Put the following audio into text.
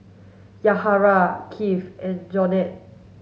Yahaira Kieth and Jonell